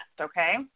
okay